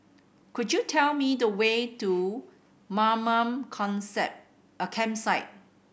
could you tell me the way to Mamam Campsite